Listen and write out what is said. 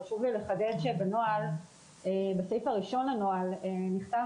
חשוב לי לחדד שבסעיף הראשון לנוהל נכתב